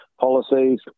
Policies